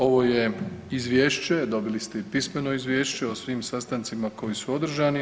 Ovo je izvješće, dobili ste i pismeno izvješće o svim sastancima koji su održani.